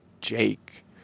Jake